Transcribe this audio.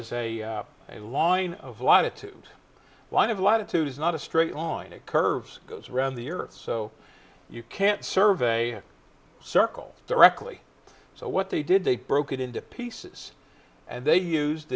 long line of longitude one of latitude is not a straight line it curves goes around the earth so you can't survey circle directly so what they did they broke it into pieces and they used